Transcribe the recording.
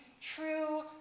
true